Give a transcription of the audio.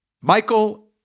Michael